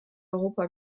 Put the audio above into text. europa